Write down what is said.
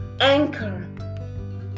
anchor